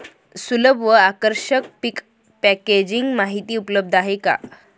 सुलभ व आकर्षक पीक पॅकेजिंग माहिती उपलब्ध आहे का?